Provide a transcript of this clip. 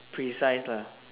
precise lah